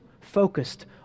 focused